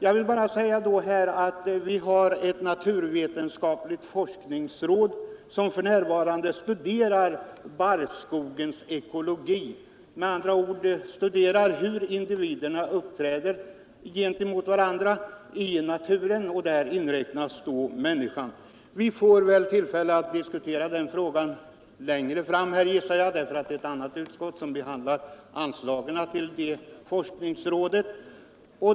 Jag vill bara nämna att det naturvetenskapliga forskningsrådet, som för närvarande studerar barrskogens ekologi, med andra ord studerar hur individerna uppträder gentemot varandra i naturen. Där inräknas även människans ingrepp. Vi får väl tillfälle att diskutera den frågan längre fram, gissar jag, eftersom ett annat utskott behandlar anslagen till detta forskningsråd.